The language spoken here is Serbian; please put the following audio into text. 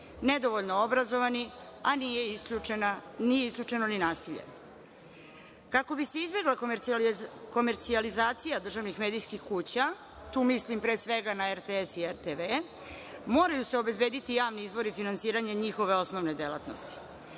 nedovoljno obrazovani, a nije isključeno ni nasilje. Kako bi se izbegla komercijalizacija državnih medijskih kuća, tu mislim pre svega na RTS i RTV, moraju se obezbediti javni izvori finansiranja njihove osnovne delatnosti.